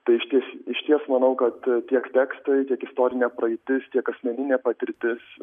tai išties išties manau kad tiek tekstai tiek istorinė praeitis tiek asmeninė patirtis